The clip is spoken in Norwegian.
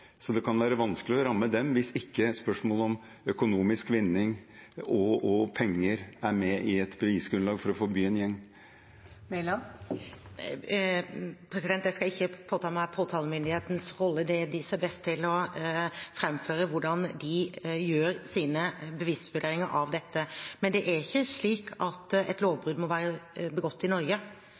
så det kan være vanskelig å ramme dem hvis ikke spørsmålet om økonomisk vinning og penger er med i et bevisgrunnlag for å forby en gjeng. Jeg skal ikke påta meg påtalemyndighetens rolle. Det er de som er best til å framføre hvordan de gjør sine bevisvurderinger av dette. Men det er ikke slik at et lovbrudd må være begått i Norge.